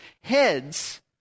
heads